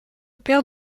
père